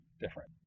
different